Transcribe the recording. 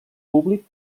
públic